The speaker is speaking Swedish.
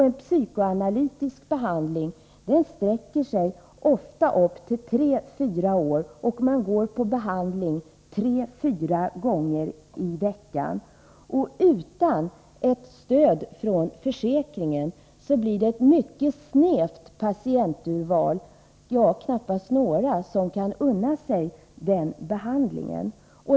En psykoanalytisk behandling sträcker sig ofta över 34 år, och man går på behandling 34 gånger i veckan. Utan ett stöd från försäkringen blir det ett mycket snävt patienturval, knappast några, som kan unna sig denna behandling.